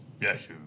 yes